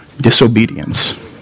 Disobedience